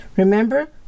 Remember